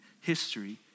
history